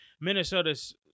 Minnesota's